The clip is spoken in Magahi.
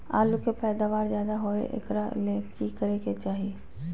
आलु के पैदावार ज्यादा होय एकरा ले की करे के चाही?